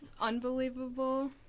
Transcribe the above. unbelievable